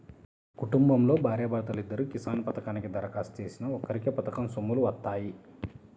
కుటుంబంలో భార్యా భర్తలిద్దరూ కిసాన్ పథకానికి దరఖాస్తు చేసినా ఒక్కరికే పథకం సొమ్ములు వత్తాయి